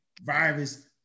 virus